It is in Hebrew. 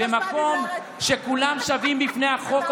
במקום שכולם שווים בפני החוק,